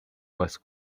was